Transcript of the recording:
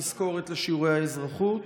התזכורת לשיעורי האזרחות.